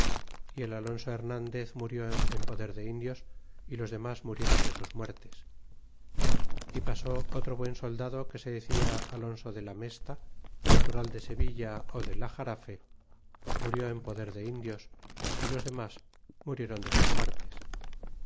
y el alonso hernandez murió en poder de indios y los demos mulleron de sus muertes y pasó otro buen soldado que se decía alonso de la mesto natural de sevilla ó del axarafe milri en poder de indios y los demas murieron de sus muertes